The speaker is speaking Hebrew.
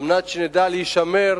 על מנת שנדע להישמר